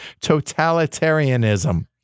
Totalitarianism